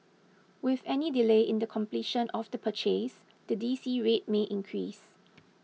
with any delay in the completion of the purchase the D C rate may increase